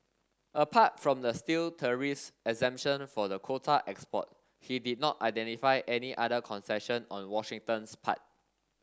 apart from the steel tariffs exemption for the quota export he did not identify any other concession on Washington's part